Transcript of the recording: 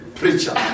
preacher